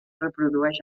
reprodueix